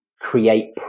create